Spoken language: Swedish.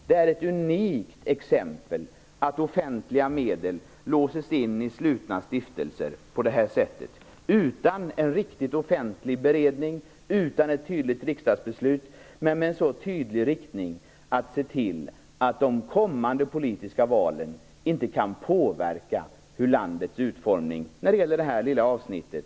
Det här är ett unikt exempel på att offentliga medel låses in i slutna stiftelser - utan en riktigt offentlig beredning och utan ett tydligt riksdagsbeslut, men med den tydliga inriktningen att se till att kommande politiska val inte kan påverka utformningen när det gäller det här lilla avsnittet.